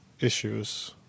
issues